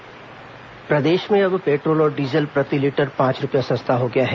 petrol diesel कीमत प्रदेश में अब पेट्रोल और डीजल प्रति लीटर पांच रूपये सस्ता हो गया है